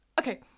Okay